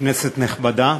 כנסת נכבדה,